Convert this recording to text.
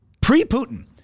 pre-Putin